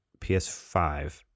PS5